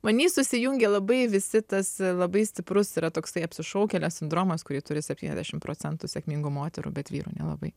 many susijungia labai visi tas labai stiprus yra toksai apsišaukėlio sindromas kurį turi septyniasdešim procentų sėkmingų moterų bet vyrų nelabai